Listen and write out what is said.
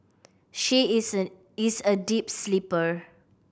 she is a a deep sleeper